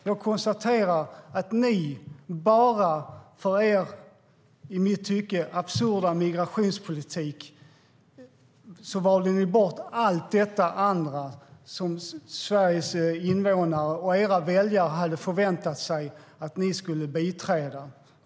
Jag konstaterar att ni sverigedemokrater för er i mitt tycke absurda migrationspolitiks skull valde bort allt detta som Sveriges invånare och era väljare hade förväntat sig att ni skulle biträda.